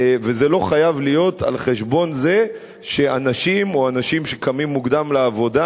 זה לא חייב להיות על חשבון זה שאנשים או אנשים שקמים מוקדם לעבודה